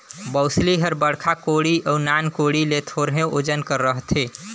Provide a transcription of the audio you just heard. बउसली हर बड़खा कोड़ी अउ नान कोड़ी ले थोरहे ओजन कर रहथे